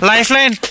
Lifeline